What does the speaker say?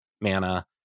mana